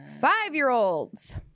Five-year-olds